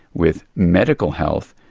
with medical health,